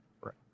Right